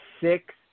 six